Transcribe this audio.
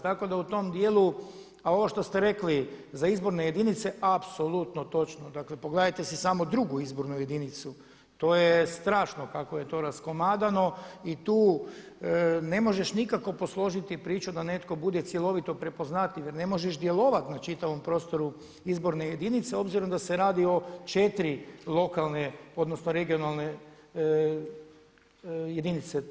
Tako da u tom dijelu, a ovo što ste rekli za izborne jedinice apsolutno točno, dakle pogledajte si samo drugu izbornu jedinicu, to je strašno kako je to raskomadano i tu ne možeš nikako posložiti priču da netko bude cjelovito prepoznatljiv jer ne možeš djelovati na čitavom prostoru izborne jedinice obzirom da se radi o 4 lokalne, odnosno regionalne jedinice.